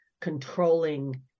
controlling